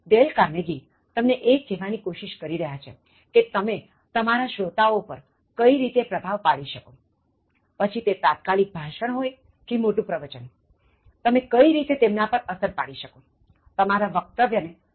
del Carnegie તમને એ કહેવાની કોશિશ કરી રહ્યા છે કે તમે તમારા શ્રોતાઓ પર કઇ રીતે પ્રભાવ પાડી શકોપછી તે તાત્કાલિક ભાષણ હોય કે મોટું પ્રવચન તમે કઈ રીતે તેમના ઉપર અસર પાડી શકોતમારા વક્તવ્ય ને પ્રભાવક બનાવી શકો